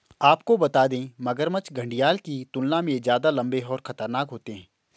आपको बता दें, मगरमच्छ घड़ियाल की तुलना में ज्यादा लम्बे और खतरनाक होते हैं